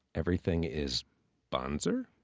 everything is bonzer?